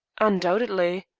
undoubtedly.